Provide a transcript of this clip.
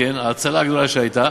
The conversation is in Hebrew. ההצלה הגדולה שהייתה,